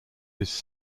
his